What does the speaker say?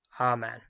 Amen